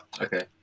Okay